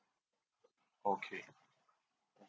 okay